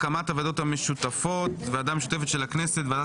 הקמת הוועדות המשותפות: ועדה משותפת של הכנסת וועדת